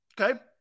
Okay